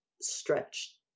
stretch